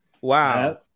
Wow